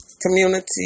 community